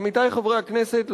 עמיתי חברי הכנסת,